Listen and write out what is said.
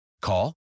Call